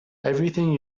everything